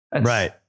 Right